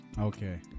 Okay